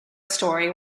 story